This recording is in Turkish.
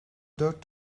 dört